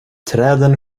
träden